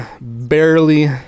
barely